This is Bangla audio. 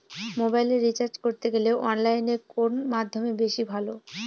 মোবাইলের রিচার্জ করতে গেলে অনলাইনে কোন মাধ্যম বেশি ভালো?